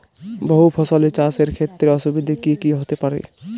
বহু ফসলী চাষ এর ক্ষেত্রে অসুবিধে কী কী হতে পারে?